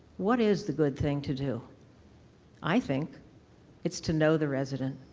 what is the good thing to do i think it's to know the resident,